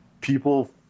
people